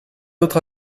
autre